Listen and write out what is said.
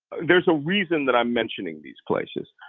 there's a reason that i'm mentioning these places,